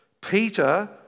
Peter